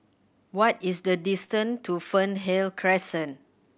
what is the distant to Fernhill Crescent